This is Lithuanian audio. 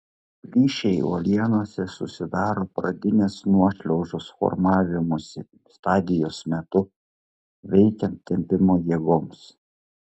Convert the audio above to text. plyšiai uolienose susidaro pradinės nuošliaužos formavimosi stadijos metu veikiant tempimo jėgoms